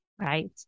Right